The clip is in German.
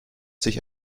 sich